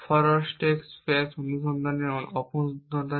forward stack space অনুসন্ধানের অপূর্ণতা কি